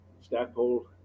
stackpole